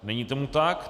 Není tomu tak.